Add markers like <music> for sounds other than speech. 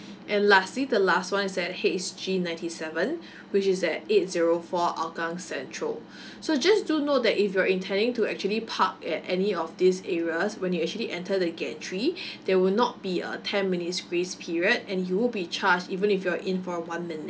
and lastly the last one is at H G ninety seven <breath> which is at eight zero four hougang central <breath> so just do note that if you're intending to actually park at any of these areas when you actually enter the gantry <breath> there will not be a ten minutes grace period and you'll be charge even if you're in for one minute